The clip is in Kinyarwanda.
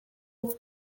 buryo